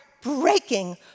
breaking